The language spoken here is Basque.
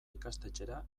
ikastetxera